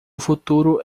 futuro